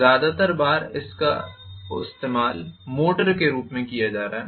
ज्यादातर बार इसका इस्तेमाल मोटर के रूप में किया जा रहा है